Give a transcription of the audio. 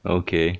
okay